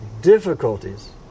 difficulties